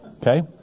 Okay